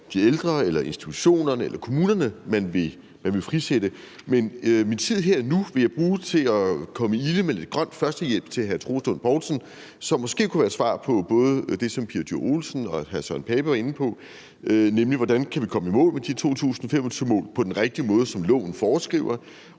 de ældre, institutionerne eller kommunerne, man vil frisætte. Min tid her nu vil jeg bruge til at komme ilende med lidt grøn førstehjælp til hr. Troels Lund Poulsen, hvilket måske kunne være svar på både det, som fru Pia Olsen Dyhr og hr. Søren Pape Poulsen var inde på, nemlig hvordan vi kan komme i mål med de 2025-mål på den rigtige måde, i forhold